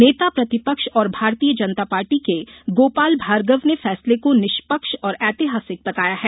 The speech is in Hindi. नेता प्रतिपक्ष और भारतीय जनता पार्टी के गोपाल भार्गव ने फैसले को निष्पक्ष और ऐतिहासिक बताया है